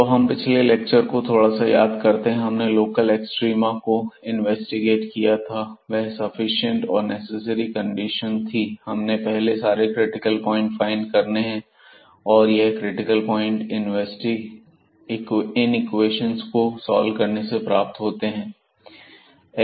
तो हम पिछले लेक्चर को थोड़ा याद करते हैं हमने लोकल एक्सट्रीमा को इन्वेस्टिगेट किया था और वह सफिशिएंट और नेसेसरी कंडीशन थी हमें पहले सारे क्रिटिकल पॉइंट फाइंड करने हैं और यह क्रिटिकल पॉइंट इनिक्वेशंस को सॉल्व करने से प्राप्त होंगे